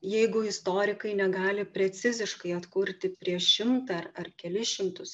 jeigu istorikai negali preciziškai atkurti prieš šimtą ar ar kelis šimtus